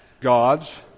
God's